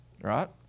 right